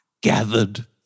gathered